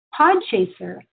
Podchaser